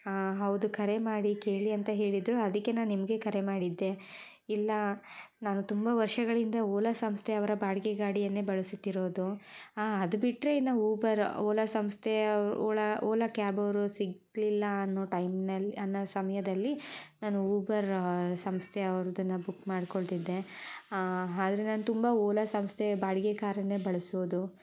ಹಾಂ ಹೌದು ಕರೆ ಮಾಡಿ ಕೇಳಿ ಅಂತ ಹೇಳಿದ್ದರು ಅದಕ್ಕೆ ನಾನು ನಿಮಗೆ ಕರೆ ಮಾಡಿದ್ದೆ ಇಲ್ಲ ನಾನು ತುಂಬ ವರ್ಷಗಳಿಂದ ಓಲಾ ಸಂಸ್ಥೆಯವರ ಬಾಡಿಗೆ ಗಾಡಿಯನ್ನೇ ಬಳಸುತ್ತಿರೋದು ಹಾಂ ಅದು ಬಿಟ್ಟರೆ ಇನ್ನು ಊಬರ್ ಓಲಾ ಸಂಸ್ಥೆ ಒಳ ಓಲಾ ಕ್ಯಾಬೋರು ಸಿಗಲಿಲ್ಲ ಅನ್ನೋ ಟೈಮ್ನಲ್ಲಿ ಅನ್ನೋ ಸಮಯದಲ್ಲಿ ನಾನು ಊಬರ್ ಸಂಸ್ಥೆಯವ್ರದನ್ನ ಬುಕ್ ಮಾಡ್ಕೊಳ್ತಿದ್ದೆ ಆದರೆ ನಾನು ತುಂಬ ಓಲಾ ಸಂಸ್ಥೆ ಬಾಡಿಗೆ ಕಾರನ್ನೇ ಬಳಸೋದು